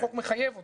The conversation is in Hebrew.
החוק מחייב אותן,